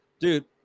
Dude